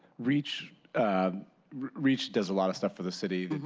reach reach does a lot of stuff for the city.